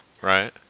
right